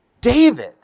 David